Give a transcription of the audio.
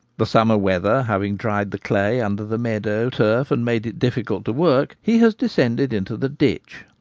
the summer weather having dried the clay under the meadow turf and made it difficult to work, he has descended into the ditch,